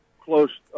close